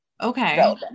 Okay